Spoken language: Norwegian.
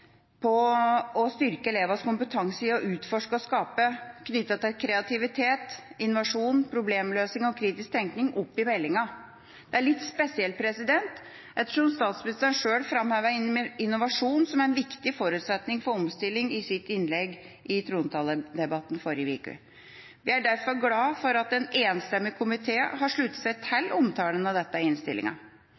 å styrke elevenes kompetanse i å utforske og skape, knyttet til kreativitet, innovasjon, problemløsing og kritisk tenkning, opp i meldinga. Det er litt spesielt, ettersom statsministeren sjøl framhevet innovasjon som en viktig forutsetning for omstilling i sitt innlegg i trontaledebatten i forrige uke. Jeg er derfor glad for at en enstemmig komité har sluttet seg til omtalen av dette i innstillinga,